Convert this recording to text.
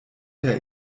der